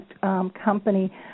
company